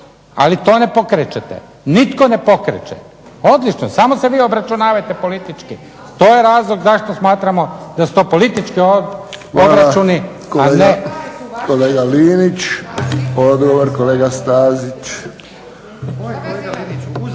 ali to ne pokrećete. Nitko ne pokreće. Odlično! Samo se vi obračunavajte politički. To je razlog zašto smatramo da su to politički obračuni, a ne ... **Friščić, Josip (HSS)** Kolega Linić, odgovor kolega Stazić.